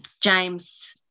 James